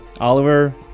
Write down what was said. Oliver